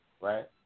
Right